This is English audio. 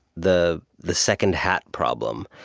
the the second hat problem,